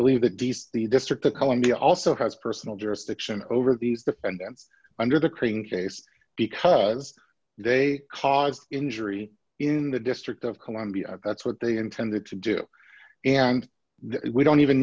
believe that d s the district of columbia also has personal jurisdiction over these the and that's under the king case because they caused injury in the district of columbia that's what they intended to do and we don't even